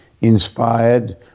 inspired